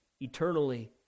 eternally